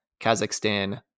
kazakhstan